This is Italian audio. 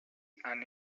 hanno